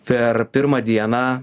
per pirmą dieną